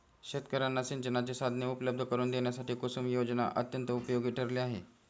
शेतकर्यांना सिंचनाची साधने उपलब्ध करून देण्यासाठी कुसुम योजना अत्यंत उपयोगी ठरली आहे